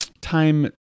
time